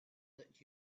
that